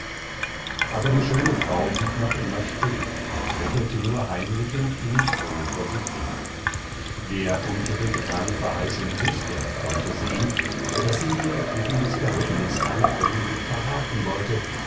aber die schöne frau blieb noch immer still und lächelte nur heimlich und innig froh vor sich hin wer um ihre getane verheißung wußte konnte sehn daß sie ihr erquickendes geheimnis alle augenblick verraten wollte